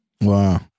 Wow